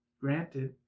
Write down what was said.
Granted